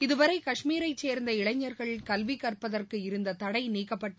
இதுவரை கஷ்மீரைச் சேர்ந்த இளைஞர்கள் கல்வி கற்பதற்கு இருந்த தடை நீக்கப்பட்டு